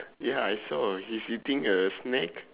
ya I saw he's eating a snack